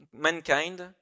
mankind